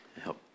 help